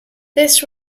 this